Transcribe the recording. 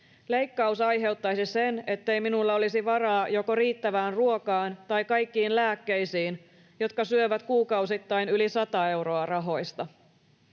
Leikkaus aiheuttaisi sen, ettei minulla olisi varaa joko riittävään ruokaan tai kaikkiin lääkkeisiin, jotka syövät kuukausittain yli 100 euroa rahoista.